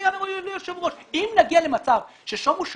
ששומו שמים,